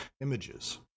images